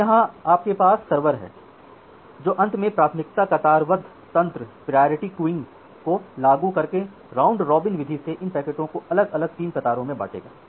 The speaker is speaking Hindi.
अब यहाँ आपके पास सर्वर है जो अंत में प्राथमिकता कतारबद्ध तंत्र को लागू करके राउंड रॉबिन विधि से इन पैकटों को अलग अलग 3 कतारों में बांटेगा